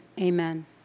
Amen